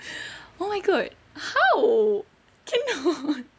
oh my god how cannot